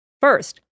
First